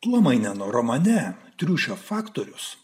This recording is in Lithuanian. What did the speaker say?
tuomaineno romane triušio faktorius